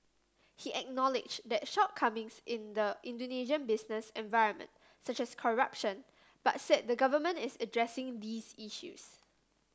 he acknowledged shortcomings in the Indonesian business environment such as corruption but said the government is addressing these issues